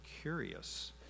curious